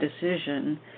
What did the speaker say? decision